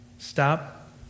Stop